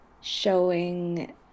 showing